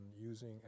using